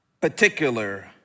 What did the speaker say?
particular